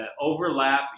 overlap